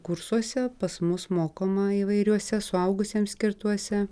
kursuose pas mus mokoma įvairiuose suaugusiems skirtuose